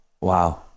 wow